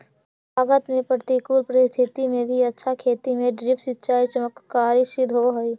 कम लागत में प्रतिकूल परिस्थिति में भी अच्छा खेती में ड्रिप सिंचाई चमत्कारी सिद्ध होल हइ